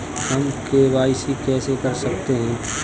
हम के.वाई.सी कैसे कर सकते हैं?